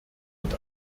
mit